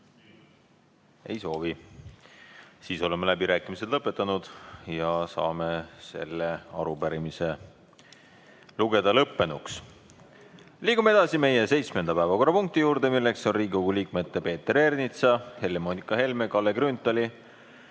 Ei soovi. Siis oleme läbirääkimised lõpetanud ja saame selle arupärimise lugeda lõppenuks. Liigume edasi meie seitsmenda päevakorrapunkti juurde. Riigikogu liikmete Peeter Ernitsa, Helle‑Moonika Helme, Kalle Grünthali,